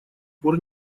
пор